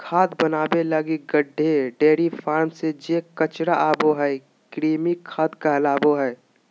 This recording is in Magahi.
खाद बनाबे लगी गड्डे, डेयरी फार्म से जे कचरा आबो हइ, कृमि खाद कहलाबो हइ